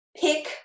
pick